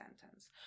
sentence